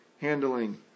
handling